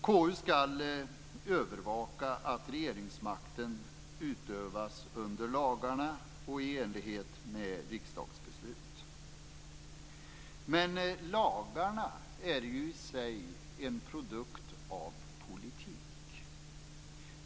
KU skall övervaka att regeringsmakten utövas under lagarna och i enlighet med riksdagsbeslut. Men lagarna är ju i sig en produkt av politik.